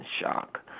shock